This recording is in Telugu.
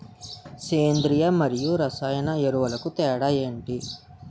సేంద్రీయ మరియు రసాయన ఎరువుల తేడా లు ఏంటి?